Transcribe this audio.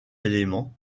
éléments